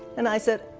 and i said,